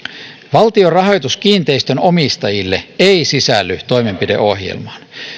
valtion rahoitus kiinteistön omistajille ei sisälly toimenpideohjelmaan